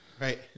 right